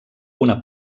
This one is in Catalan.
una